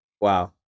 Wow